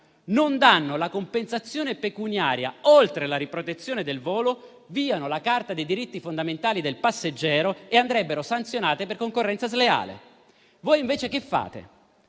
non danno la compensazione pecuniaria, oltre alla riprotezione del volo, violano la carta dei diritti fondamentali del passeggero e andrebbero sanzionate per concorrenza sleale. Voi invece che fate?